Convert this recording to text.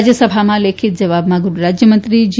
રાજસભામાં લેખિત જવાબમાં ગૃહરાજ્યમંત્રી જી